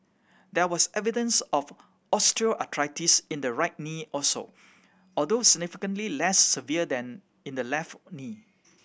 there was evidence of osteoarthritis in the right knee also although significantly less severe than in the left knee